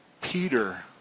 Peter